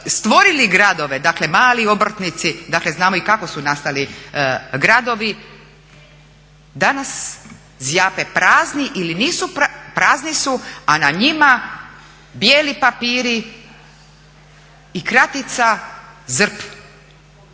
stvorili gradove, dakle mali obrtnici, dakle znamo i kako su nastali gradovi, danas zjape prazni, prazni su a na njima bijeli papiri i kratica ZRP.